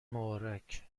مبارک